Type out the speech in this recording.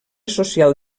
social